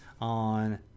on